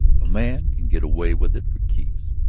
a man can get away with it for keeps.